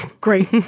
Great